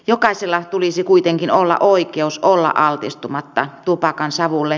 jokaisella tulisi kuitenkin olla oikeus olla altistumatta tupakansavulle